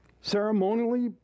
Ceremonially